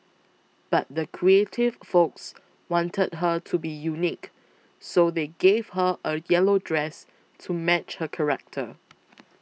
but the creative folks wanted her to be unique so they gave her a yellow dress to match her character